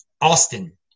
Austin